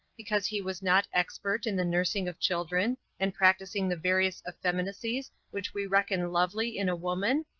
because he was not expert in the nursing of children, and practising the various effeminacies which we reckon lovely in a woman?